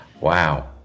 Wow